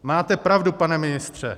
Máte pravdu, pane ministře.